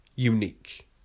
unique